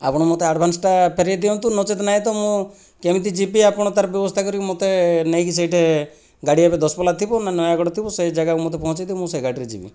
ଆପଣ ମୋତେ ଆଡ଼ଭାନ୍ସ ଟା ଫେରେଇ ଦିଅନ୍ତୁ ନଚେତ୍ ନାଇଁ ତ ମୁଁ କେମିତି ଯିବି ଆପଣ ତାର ବ୍ୟବସ୍ଥା କରି ମୋତେ ନେଇକି ସେଇଠି ଗାଡ଼ି ଏବେ ଦଶପଲ୍ଲା ଥିବ ନୟାଗଡ଼ ଥିବ ସେହି ଜାଗାରେ ମୋତେ ପହଞ୍ଚେଇ ଦିଅ ମୁଁ ସେ ଗାଡ଼ିରେ ଯିବି